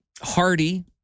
Hardy